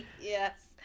Yes